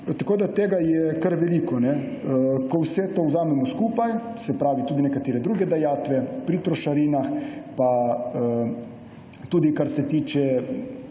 Tako da je tega kar veliko. Ko vse to vzamemo skupaj − se pravi tudi nekatere druge dajatve pri trošarinah, pa tudi kar se tiče